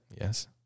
Yes